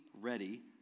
ready